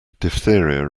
diphtheria